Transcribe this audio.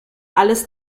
alles